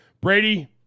Brady